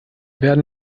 werden